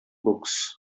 books